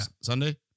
Sunday